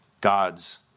God's